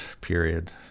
period